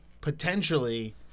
potentially